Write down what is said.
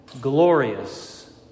glorious